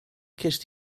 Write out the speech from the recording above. cest